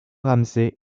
ramsey